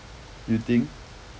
you think